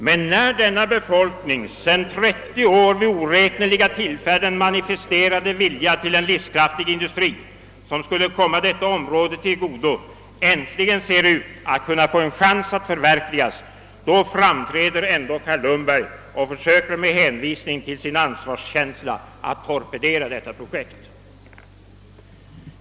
Men när denna befolknings sedan 30 år vid oräkneliga tillfällen manifesterade vilja att skapa en livskraftig industri som skulle komma detta område till godo äntligen ser ut att få en chans att förverkligas, då framträder herr Lundberg och försöker med hänvisning till sin ansvarskänsla att torpedera projektet.